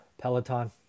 Peloton